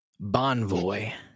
Bonvoy